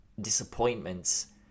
disappointments